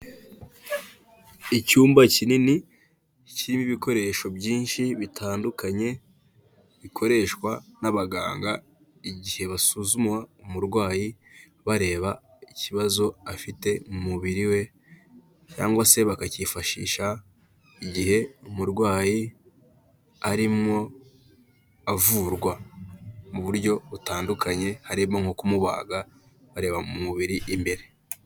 Icyumba kinini kirimo ibikoresho byinshi bitandukanye bikoreshwa n'abaganga igihe basuzuma umurwayi, bareba ikibazo afite mu mubiri we cyangwa se bakacyifashisha igihe umurwayi arimo avurwa mu buryo butandukanye, harimo nko kumubaga, bareba mu mubiri imbere.